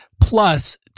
plus